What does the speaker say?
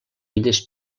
illes